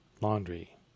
Laundry